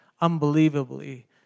unbelievably